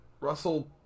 Russell